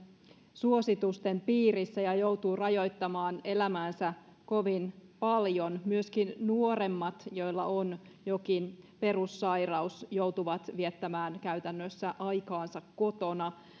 suositusten piirissä ja joutuu rajoittamaan elämäänsä kovin paljon myöskin nuoremmat joilla on jokin perussairaus joutuvat viettämään käytännössä aikaansa kotona